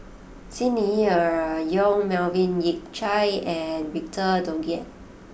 Xi Ni Er Yong Melvin Yik Chye and Victor Doggett